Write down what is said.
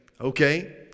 okay